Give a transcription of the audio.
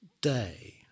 day